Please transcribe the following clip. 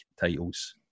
titles